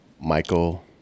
Michael